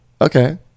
okay